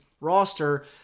roster